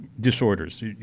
disorders